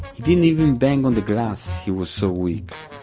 he didn't even bang on the glass, he was so weak.